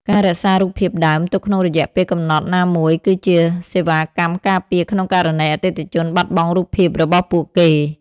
ការរក្សារូបភាពដើម ទុកក្នុងរយៈពេលកំណត់ណាមួយ គឺជាសេវាកម្មការពារក្នុងករណីអតិថិជនបាត់បង់រូបភាពរបស់ពួកគេ។